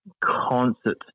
concert